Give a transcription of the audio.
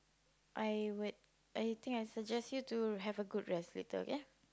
I would I think I suggest you to have a good rest later okay